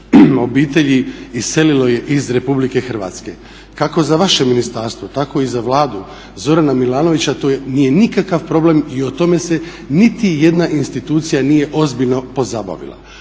obitelji iselilo je iz Republike Hrvatske. Kako za vaše ministarstvo tako i za Vladu Zorana Milanovića to nije nikakav problem i o tome se niti jedna institucija nije ozbiljno pozabavila.